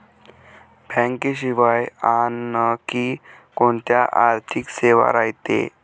बँकेशिवाय आनखी कोंत्या आर्थिक सेवा रायते?